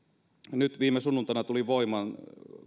nyt viime sunnuntaina tuli voimaan